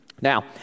Now